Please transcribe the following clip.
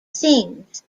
things